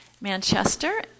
Manchester